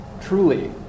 Truly